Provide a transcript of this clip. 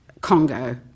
Congo